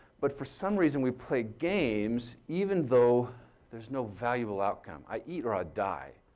but for some reason we played games even though there's no valuable outcome. i eat or i'll die.